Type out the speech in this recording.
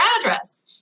address